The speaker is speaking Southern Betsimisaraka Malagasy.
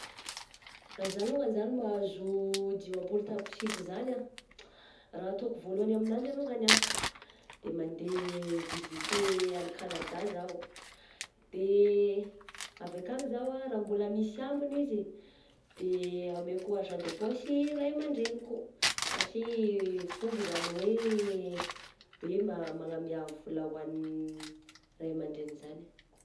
Raha zah longany zany mahazo dimapolo tapitrisa zany ah, raha ataoko voalohany aminanjy alongany ah de mandeha mivizite any Canada zaho, de avy akany zaho ah raha mbola misy ambiny izy, de ameko argent de poche i ray aman-dreniko satria fomba izany hoe hoe ma-magname a vola hoan'ny ray aman-dreny izany.